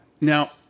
Now